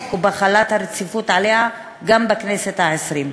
ובהחלת הרציפות עליה גם בכנסת העשרים.